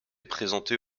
présentée